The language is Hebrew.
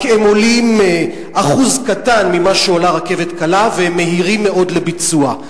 רק הם עולים אחוז קטן ממה שעולה רכבת קלה והם מהירים מאוד לביצוע.